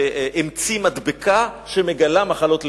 שהמציא מדבקה שמגלה מחלות לב.